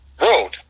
road